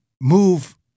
move